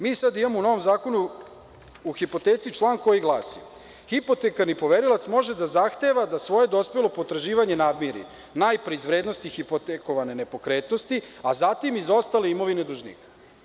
Mi sada imamo u novom Zakonu o hipoteci član, koji glasi: „ hipotekarni poverilac može da zahteva i da svoje dospelo potraživanje namiri, najpre iz vrednosti hipotekovane nepokretnosti, a zatim iz ostale imovine dužnika“